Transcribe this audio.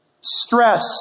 stress